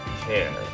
care